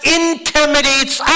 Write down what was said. intimidates